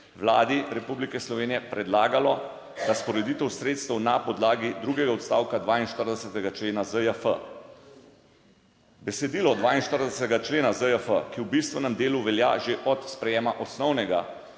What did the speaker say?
Vladi Republike Slovenije predlagalo razporeditev sredstev na podlagi drugega odstavka 42. člena ZJF. Besedilo 42. člena ZJF, ki v bistvenem delu velja že od sprejema osnovnega